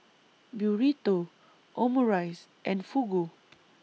Burrito Omurice and Fugu